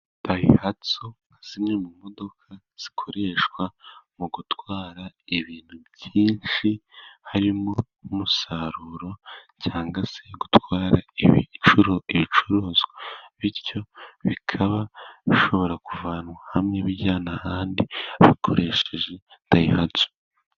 Dayihatsu nka zimwe mu modoka zikoreshwa mu gutwara ibintu byinshi, harimo umusaruro cyangwa se gutwara ibicuruzwa. Bityo bikaba bishobora kuvanwa hamwe bijyanwa ahandi, bakoresheje Dayihatsu.